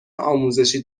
آموزشی